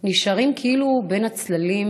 נשארים כאילו בין הצללים,